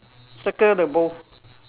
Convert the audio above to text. circle the bowl